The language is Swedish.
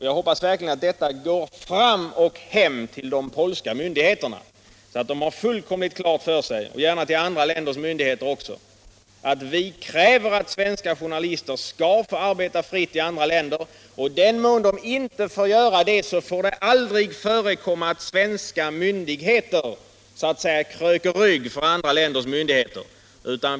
Jag hoppas verkligen att det går fram och hem till de polska myndigheterna — och gärna också till andra länders myndigheter — så att de får fullständigt klart för sig att vi kräver, att svenska journalister skall få arbeta fritt i fftämmande länder. I den mån de inte tillåts göra det, får det aldrig förekomma att svenska myndigheter kröker rygg för andra länders myndigheter.